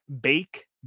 bake